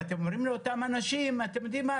ואתם אומרים לאותם אנשים: אתם יודעים מה?